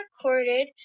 recorded